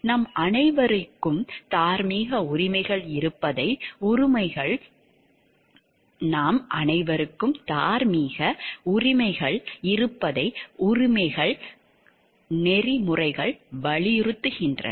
நம் அனைவருக்கும் தார்மீக உரிமைகள் இருப்பதை உரிமைகள் நெறிமுறைகள் வலியுறுத்துகின்றன